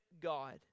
God